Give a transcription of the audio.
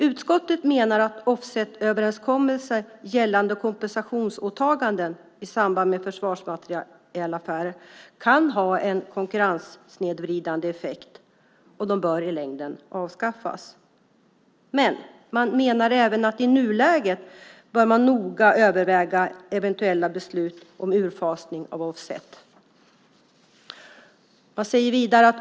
Utskottet menar att offsetöverenskommelser gällande kompensationsåtaganden i samband med försvarsmaterielaffärer kan ha en konkurrenssnedvridande effekt och att de i längden bör avskaffas. Men man menar även att i nuläget bör man noga överväga eventuella beslut om utfasning av offset.